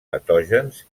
patògens